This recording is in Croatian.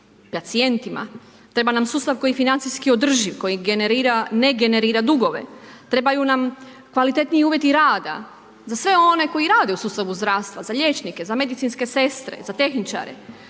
pacijentima, treba nam sustav, koji financijski održiv, koji ne generira dugove, trebaju nam kvalitetniji uvjeti rada, za sve one koji rade u sustavu zdravstva, za liječnike, za medicinske sestre, za tehničare